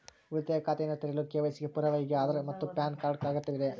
ಉಳಿತಾಯ ಖಾತೆಯನ್ನು ತೆರೆಯಲು ಕೆ.ವೈ.ಸಿ ಗೆ ಪುರಾವೆಯಾಗಿ ಆಧಾರ್ ಮತ್ತು ಪ್ಯಾನ್ ಕಾರ್ಡ್ ಅಗತ್ಯವಿದೆ